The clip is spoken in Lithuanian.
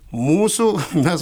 mūsų mes